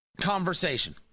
conversation